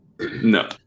No